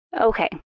Okay